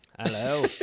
Hello